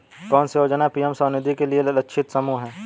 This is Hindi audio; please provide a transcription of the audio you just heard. कौन सी योजना पी.एम स्वानिधि के लिए लक्षित समूह है?